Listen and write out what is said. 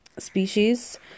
species